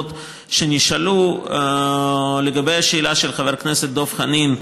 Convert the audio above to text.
הנוספות שנשאלו, לגבי השאלה של חבר הכנסת דב חנין,